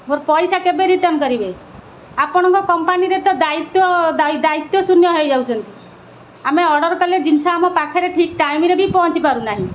ମୋର ପଇସା କେବେ ରିଟର୍ଣ୍ଣ୍ କରିବେ ଆପଣଙ୍କ କମ୍ପାନୀରେ ତ ଦାୟିତ୍ୱ ଦାୟିତ୍ୱ ଶୂନ୍ୟ ହୋଇଯାଉଛନ୍ତି ଆମେ ଅର୍ଡ଼ର୍ କଲେ ଜିନିଷ ଆମ ପାଖରେ ଠିକ୍ ଟାଇମ୍ରେ ବି ପହଞ୍ଚି ପାରୁନାହିଁ